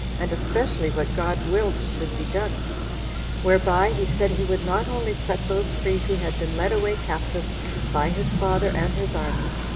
and especially what god willed should be done whereby he said he would not only set those free who had been led away captive by his father and his army,